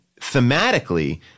thematically –